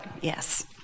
Yes